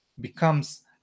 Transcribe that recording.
becomes